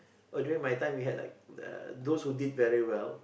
oh during my time we had like those who did very well